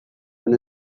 and